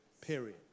period